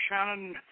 Shannon